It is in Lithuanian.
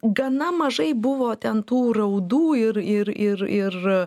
gana mažai buvo ten tų raudų ir ir ir ir